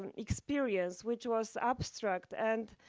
um experience, which was abstract and,